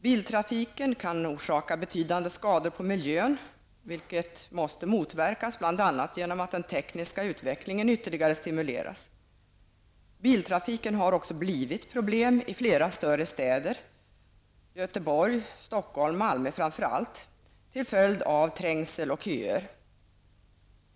Biltrafiken kan orsaka betydande skador på miljön, vilket måste motverkas bl.a. genom att den tekniska utvecklingen ytterligare stimuleras. Biltrafiken har också blivit ett problem i flera större städer, Stockholm, Göteborg och Malmö, framför allt till följd av trängsel och köer.